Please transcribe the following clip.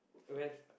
will have